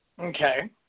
Okay